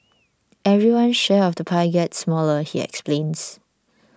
everyone's share of the pie gets smaller he explains